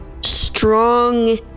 strong